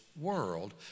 world